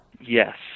Yes